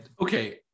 Okay